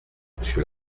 monsieur